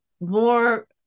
more